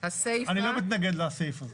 אני לא מתנגד לסעיף זה.